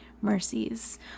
mercies